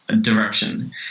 direction